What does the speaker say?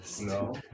No